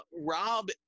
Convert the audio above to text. Rob